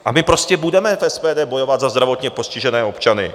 A my prostě budeme v SPD bojovat za zdravotně postižené občany.